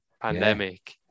pandemic